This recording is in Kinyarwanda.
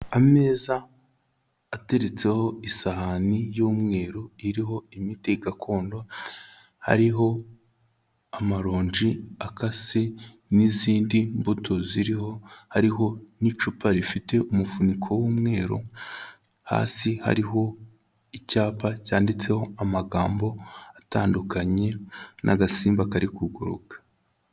Ameza ateretseho isahani y'umweru iriho imiti gakondo, hariho amaronji akase n'izindi mbuto ziriho, hariho n'icupa rifite umufuniko w'umweru, hasi hariho icyapa cyanditseho amagambo atandukanye n'agasimba kari kuguruka.